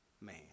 man